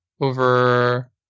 over